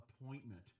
appointment